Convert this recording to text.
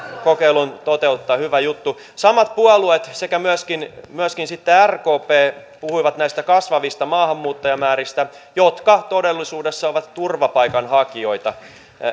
kokeilun toteuttaa hyvä juttu samat puolueet sekä myöskin myöskin sitten rkp puhuivat näistä kasvavista maahanmuuttajamääristä jotka todellisuudessa ovat turvapaikanhakijoita